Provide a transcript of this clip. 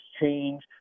change